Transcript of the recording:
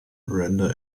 render